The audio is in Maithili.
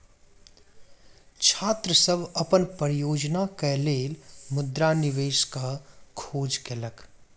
छात्र सभ अपन परियोजना के लेल मुद्रा निवेश के खोज केलक